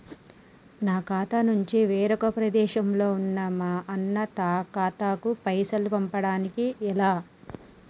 నా ఖాతా నుంచి వేరొక ప్రదేశంలో ఉన్న మా అన్న ఖాతాకు పైసలు పంపడానికి ఎలా?